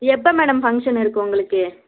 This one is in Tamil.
எப்போ மேடம் ஃபங்ஷன் இருக்குது உங்களுக்கு